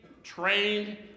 trained